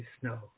snow